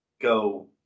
go